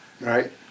Right